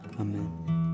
Amen